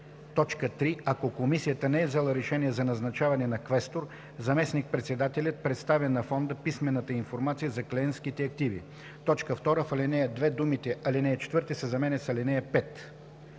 1, т. 3, ако Комисията не е взела решение за назначаване на квестор, заместник-председателят представя на фонда писмената информация за клиентските активи.” 2. В ал. 2 думите „ал. 4“ се заменят с „ал.